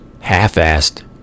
half-assed